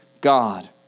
God